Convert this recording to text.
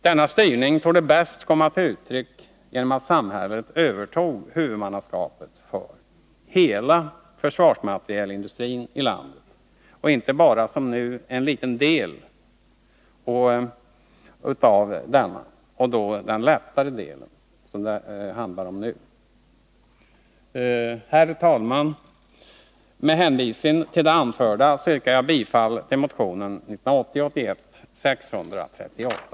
Denna styrning torde bäst komma till uttryck genom att samhället övertog huvudmannaskapet för hela försvarsmaterielindustrin i landet och inte som nu bara en liten del av dess lättare del. Herr talman! Med hänvisning till det anförda yrkar jag bifall till motionen 1980/81:638.